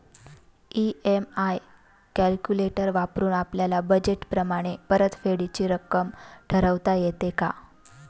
EMI calculator वापरून आपापल्या budget प्रमाणे परतफेडीची रक्कम ठरवता येते का?